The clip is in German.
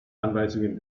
anweisungen